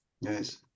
Yes